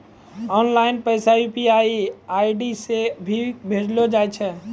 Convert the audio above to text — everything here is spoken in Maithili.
ऑनलाइन पैसा यू.पी.आई आई.डी से भी भेजलो जाय छै